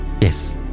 Yes